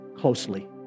closely